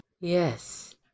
Yes